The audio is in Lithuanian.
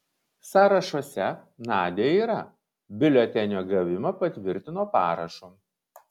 sąrašuose nadia yra biuletenio gavimą patvirtino parašu